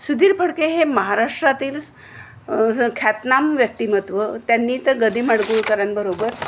सुधीर फडके हे महाराष्ट्रातील ख्यातनाम व्यक्तिमत्त्व त्यांनी तर गदी माडगूळकरांबरोबर